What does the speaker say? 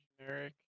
generic